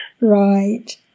Right